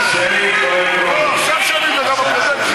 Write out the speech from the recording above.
עכשיו שמית או אלקטרונית?